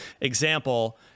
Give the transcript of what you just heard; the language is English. example